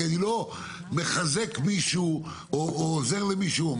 כי אני לא מחזק מישהו או עוזר למישהו.